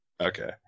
Okay